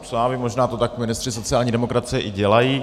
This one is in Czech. Co já vím, možná to tak ministři sociální demokracie i dělají.